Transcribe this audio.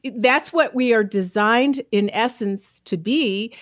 that's what we are designed in essence to be,